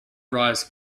rise